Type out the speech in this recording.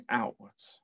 outwards